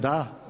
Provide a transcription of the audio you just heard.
Da.